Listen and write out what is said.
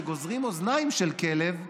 אזרחים שגוזרים אוזניים של כלב.